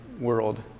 world